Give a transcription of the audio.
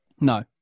No